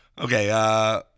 Okay